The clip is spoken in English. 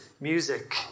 music